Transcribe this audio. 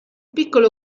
piccolo